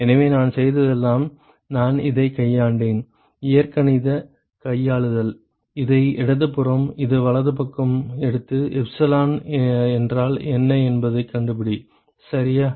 எனவே நான் செய்ததெல்லாம் நான் இதை கையாண்டேன் இயற்கணித கையாளுதல் இதை இடது புறம் இதை வலது பக்கம் எடுத்து எப்சிலான் என்றால் என்ன என்பதைக் கண்டுபிடி சரியா